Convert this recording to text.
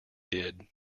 did